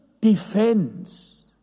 defense